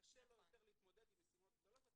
שקשה לו יותר להתמודד עם משימות גדולות יותר.